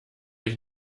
ich